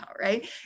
right